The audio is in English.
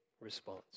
response